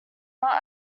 not